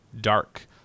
dark